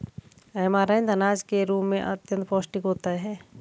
amaranth अनाज के रूप में अत्यंत पौष्टिक होता है